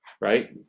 right